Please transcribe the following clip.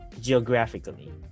geographically